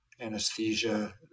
anesthesia